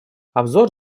обзор